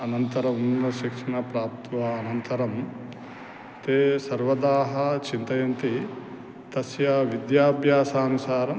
अनन्तरं शिक्षणं प्राप्त्वा अनन्तरं ते सर्वदाः चिन्तयन्ति तस्य विद्याभ्यासानुसारम्